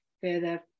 further